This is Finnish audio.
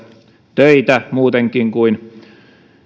töitä muutenkin kuin